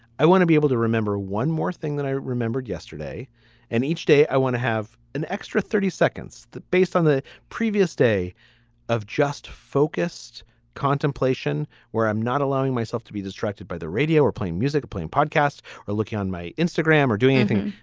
i want to be able to remember one more thing that i remembered yesterday and each day i want to have an extra thirty seconds based on the previous day of just focused contemplation, where i'm not allowing myself to be distracted by the radio or playing music, playing podcasts or looking on my instagram or doing anything.